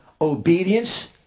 Obedience